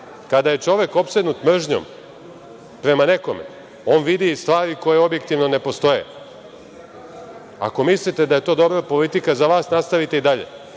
Kada je čovek opsednut mržnjom prema nekome, on vidi stvari koje objektivno ne postoje. Ako mislite da je to dobra politika za vas, nastavite i dalje. Mi